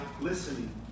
listening